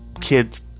kids